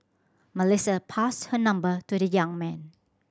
Melissa passed her number to the young man